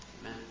Amen